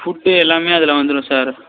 food எல்லாமே அதில் வந்துடும் சார்